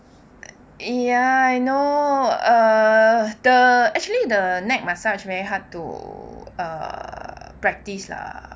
ya I know err the actually the neck massage very hard to err practise lah